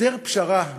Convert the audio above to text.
הסדר פשרה,